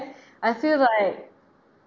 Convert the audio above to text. I feel like